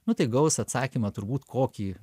nu tai gaus atsakymą turbūt kokį